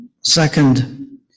second